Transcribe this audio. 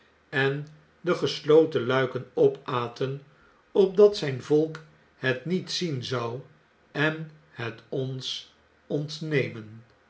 en de gesloten luiken opaten opdat zijn volk het niet zien zou en het ons ontnemen